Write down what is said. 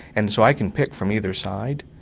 and so i can pick from either side,